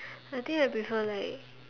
I think I prefer like